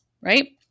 right